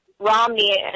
Romney